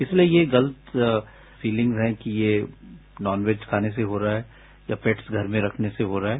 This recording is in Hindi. इसलिए ये गलत फीलिंग्स हैं ये नॉनवेज खाने से हो रहा है या पैट्स घर में रखने से हो रहा है